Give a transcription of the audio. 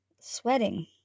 sweating